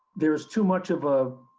there's too much of a